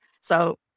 So-